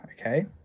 Okay